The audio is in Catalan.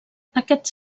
aquests